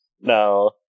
No